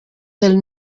del